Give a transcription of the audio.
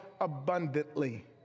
abundantly